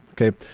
okay